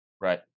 right